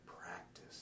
practice